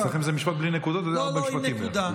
אצלכם זה משפט בלי נקודות וזה ארבעה משפטים בערך,